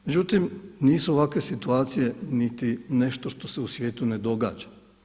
Međutim, nisu ovakve situacije niti nešto što se u svijetu ne događa.